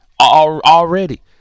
already